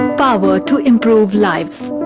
power to improve lives,